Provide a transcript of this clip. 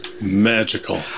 Magical